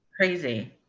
Crazy